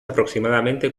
aproximadamente